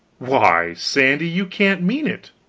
why, sandy, you can't mean it!